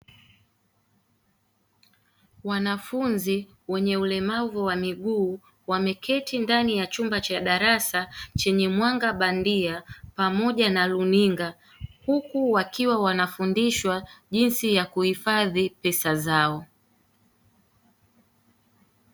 Wanafunzi wenye ulemavu wa miguu wameketi ndani ya chumba cha darasa chenye mwanga bandia pamoja na runinga huku wakiwa wanafundishwa jinsi ya kuhifadhi pesa zao.